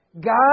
God